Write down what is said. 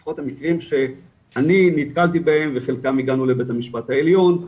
לפחות על מיקרים שאני נתקלתי בהם וחלקם הגענו לבית המשפט העליון,